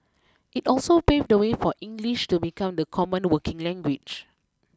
it also paved the way for English to become the common working language